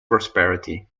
prosperity